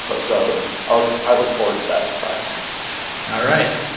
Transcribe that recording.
but so ah i look forward to that surprise all right.